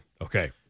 okay